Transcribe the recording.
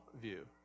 view